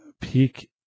Peak